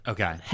Okay